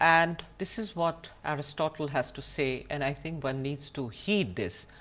and this is what aristotle has to say, and i think one needs to heed this